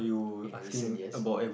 in recent years